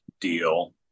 deal